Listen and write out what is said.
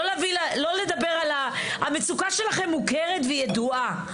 המוצקה שלכם מוכרת וידועה,